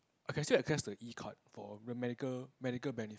I can still access the E card for medical medical benefit